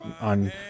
on